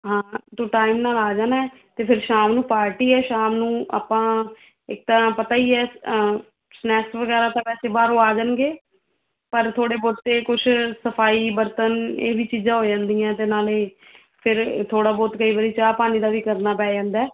ਹਾਂ ਤੂੰ ਟਾਈਮ ਨਾਲ ਆ ਜਾਣਾ ਤੇ ਫਿਰ ਸ਼ਾਮ ਨੂੰ ਪਾਰਟੀ ਸ਼ਾਮ ਨੂੰ ਆਪਾਂ ਇੱਕ ਤਾਂ ਪਤਾ ਹੀ ਹ ਸਨੈਕਸ ਵਗੈਰਾ ਤਾਂ ਵੈਸੇ ਬਾਹਰੋਂ ਆ ਜਾਣਗੇ ਪਰ ਥੋੜੇ ਬਹੁਤੇ ਕੁਝ ਸਫਾਈ ਬਰਤਨ ਇਹ ਵੀ ਚੀਜ਼ਾਂ ਹੋ ਜਾਂਦੀਆਂ ਤੇ ਨਾਲੇ ਫਿਰ ਥੋੜਾ ਬਹੁਤ ਕਈ ਵਾਰੀ ਚਾਹ ਪਾਣੀ ਦਾ ਵੀ ਕਰਨਾ ਪੈ ਜਾਂਦਾ